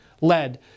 led